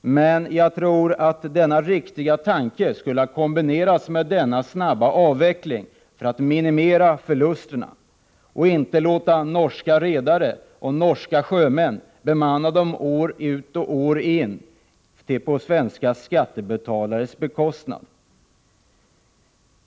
Men jag anser att denna riktiga tanke skulle ha kombinerats med en snabb avveckling för att minimera förlusterna. Man borde inte låta norska redare och norska sjömän bemanna fartygen år ut och år in på svenska skattebetalares bekostnad.